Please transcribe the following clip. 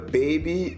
baby